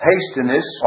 Hastiness